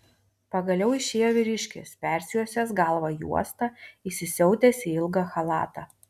pagaliau išėjo vyriškis persijuosęs galvą juosta įsisiautęs į ilgą chalatą